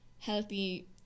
healthy